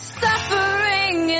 suffering